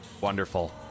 Wonderful